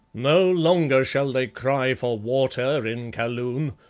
no longer shall they cry for water in kaloon!